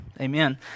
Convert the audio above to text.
Amen